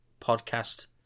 podcast